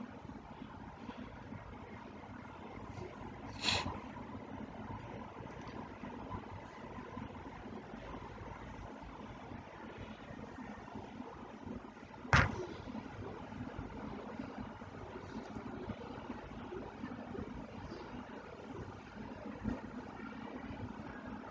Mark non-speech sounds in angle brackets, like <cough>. <noise>